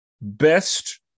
best